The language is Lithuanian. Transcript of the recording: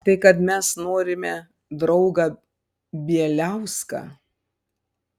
tai kad mes norime draugą bieliauską